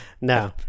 No